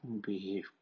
behave